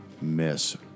miss